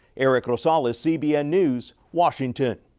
eric gonzales, cbn news, washington.